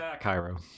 Cairo